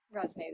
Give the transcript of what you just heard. resonated